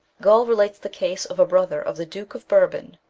gall relates the case of a brother of the duke of bourbon,